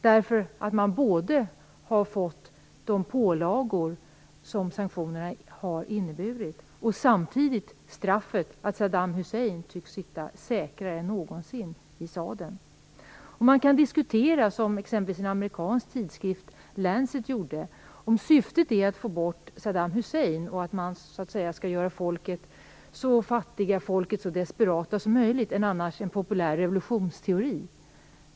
Man har fått både de pålagor som sanktionerna har inneburit och samtidigt straffet att Saddam Hussein tycks sitta säkrare än någonsin i sadeln. Man kan diskutera, som det gjordes i en amerikansk tidskrift Lancet, om syftet är att få bort Saddam Hussein och att göra folket så fattigt och desperat som möjligt - en populär revolutionsteori.